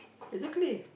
exactly